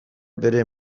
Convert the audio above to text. bere